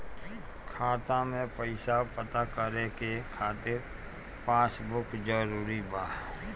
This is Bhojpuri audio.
खाता में पईसा पता करे के खातिर पासबुक जरूरी बा?